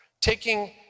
taking